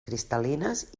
cristal·lines